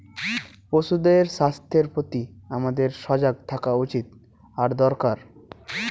পশুদের স্বাস্থ্যের প্রতি আমাদের সজাগ থাকা উচিত আর দরকার